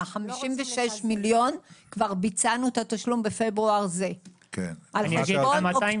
ל-56 מיליון כבר ביצענו את התשלום בפברואר זה על חשבון אוקטובר.